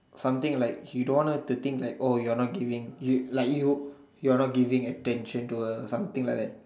something like you don't want her to think like oh you're not giving you like you you're not giving attention to her or something like that